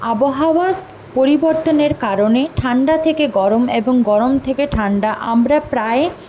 আবহাওয়ার পরিবর্তনের কারণে ঠাণ্ডা থেকে গরম এবং গরম থেকে ঠাণ্ডা আমরা প্রায়